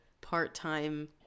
part-time